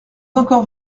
encore